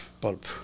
pulp